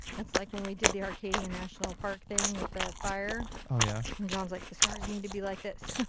it's like when we did the arcadian national park thing with the fire. ah yeah and johns like the stars need to be like this.